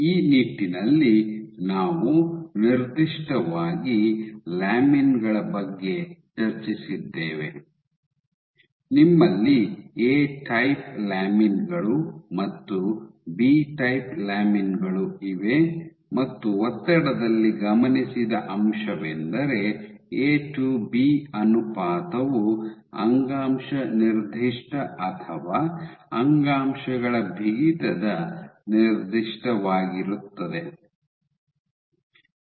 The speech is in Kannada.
ಈ ನಿಟ್ಟಿನಲ್ಲಿ ನಾವು ನಿರ್ದಿಷ್ಟವಾಗಿ ಲ್ಯಾಮಿನ್ ಗಳ ಬಗ್ಗೆ ಚರ್ಚಿಸಿದ್ದೇವೆ ನಿಮ್ಮಲ್ಲಿ ಎ ಟೈಪ್ ಲ್ಯಾಮಿನ್ ಗಳು ಮತ್ತು ಬಿ ಟೈಪ್ ಲ್ಯಾಮಿನ್ ಗಳು ಇವೆ ಮತ್ತು ಒತ್ತಡದಲ್ಲಿ ಗಮನಿಸಿದ ಅಂಶವೆಂದರೆ ಎ ಟು ಬಿ ಅನುಪಾತವು ಅಂಗಾಂಶ ನಿರ್ದಿಷ್ಟ ಅಥವಾ ಅಂಗಾಂಶಗಳ ಬಿಗಿತದ ನಿರ್ದಿಷ್ಟವಾಗಿರುತ್ತದೆ